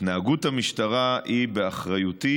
התנהגות המשטרה זה